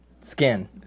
Skin